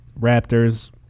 Raptors